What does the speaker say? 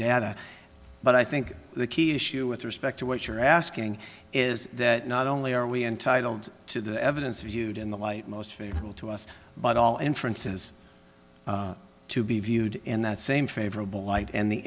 data but i think the key issue with respect to what you're asking is that not only are we entitled to the evidence viewed in the light most favorable to us but all inferences to be viewed in that same favorable light and the